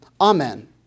Amen